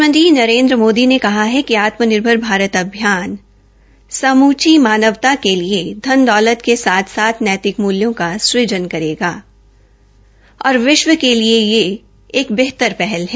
प्रधानमंत्री नरेन्द्र मोदी ने कहा है कि आत्मनिर्भर भारत अभियान समूची मानवता के लिए धन दौलत के साथ साथ नैतिक मुल्यों का सुधन करेगा और विश्व के लिए यह एक बेहतर पहल है